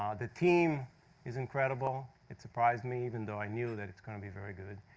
um the team is incredible. it surprised me, even though i knew that it's going to be very good.